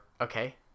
Okay